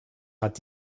hat